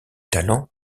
talent